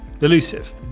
elusive